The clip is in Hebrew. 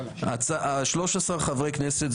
13 חברי כנסת,